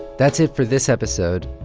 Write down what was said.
that's it for this episode.